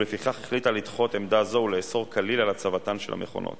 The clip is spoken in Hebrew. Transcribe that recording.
אדוני יושב-ראש